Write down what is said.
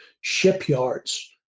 shipyards